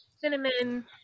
cinnamon